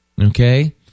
Okay